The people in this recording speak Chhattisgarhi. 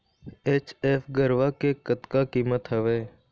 एच.एफ गरवा के कतका कीमत हवए?